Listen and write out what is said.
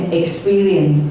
experience